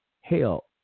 Hell